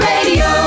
Radio